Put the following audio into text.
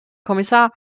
kommissar